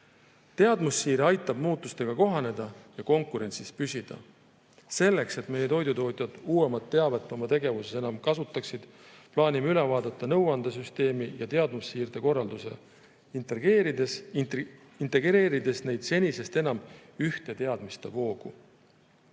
Teadmussiire aitab muutustega kohaneda ja konkurentsis püsida. Selleks, et meie toidutootjad uuemat teavet oma tegevuses enam kasutaksid, plaanime üle vaadata nõuandesüsteemi ja teadmussiirde korralduse, integreerides neid senisest enam ühte teadmiste voogu.